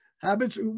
habits